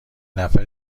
نفر